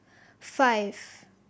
five